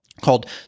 called